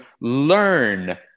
learn